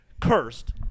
cursed